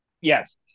Yes